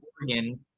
Oregon